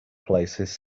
places